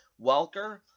Welker